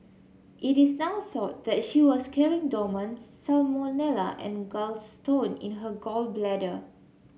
it is now thought that she was carrying dormant's salmonella on gallstone in her gall bladder